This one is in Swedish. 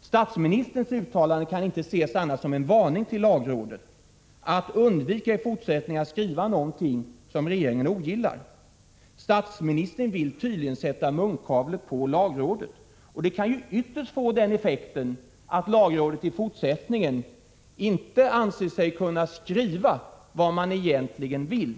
Statsministerns uttalande kan inte uppfattas på annat sätt än som en varning till lagrådet att i fortsättningen undvika att skriva någonting som regeringen ogillar. Statsministern vill tydligen sätta munkavle på lagrådet. Det kan ytterst få den effekten att lagrådet i fortsättningen inte anser sig kunna skriva vad man egentligen vill.